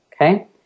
okay